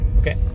Okay